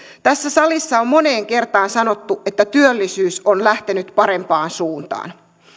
tässä salissa on moneen kertaan sanottu että työllisyys on lähtenyt parempaan suuntaan